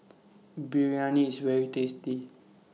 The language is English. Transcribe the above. Biryani IS very tasty